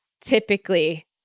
typically